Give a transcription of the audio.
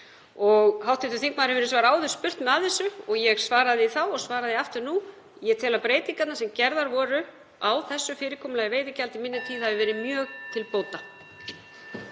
Hv. þingmaður hefur hins vegar áður spurt mig að þessu og ég svaraði því þá og svara því aftur nú: Ég tel að breytingarnar sem gerðar voru á fyrirkomulagi veiðigjalda í minni tíð hafi verið mjög til bóta.